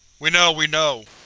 we know, we know.